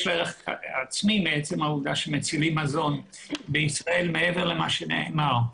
יש לו ערך עצמי מעצם העובדה שמצילים מזון בישראל מעבר למה שנאמר.